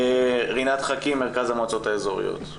רינת חכים, מרכז המועצות האזוריות.